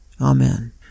Amen